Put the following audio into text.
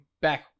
back